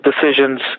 decisions